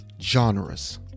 genres